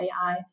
AI